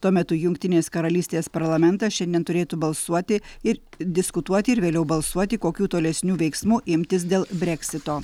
tuo metu jungtinės karalystės parlamentas šiandien turėtų balsuoti ir diskutuoti ir vėliau balsuoti kokių tolesnių veiksmų imtis dėl breksito